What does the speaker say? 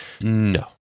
no